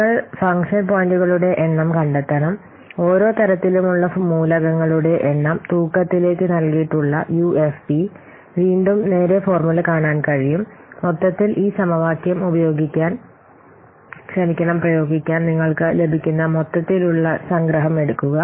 നിങ്ങൾ ഫംഗ്ഷൻ പോയിന്റുകളുടെ എണ്ണം കണ്ടെത്തണം ഓരോ തരത്തിലുമുള്ള മൂലകങ്ങളുടെ എണ്ണം തൂക്കത്തിലേക്ക് നൽകിയിട്ടുള്ള യുഎഫ്പി വീണ്ടും നേരെ ഫോർമുല കാണാൻ കഴിയും മൊത്തത്തിൽ ഈ സമവാക്യം പ്രയോഗിക്കാൻ നിങ്ങൾക്ക് ലഭിക്കുന്ന മൊത്തത്തിലുള്ള സംഗ്രഹം എടുക്കുക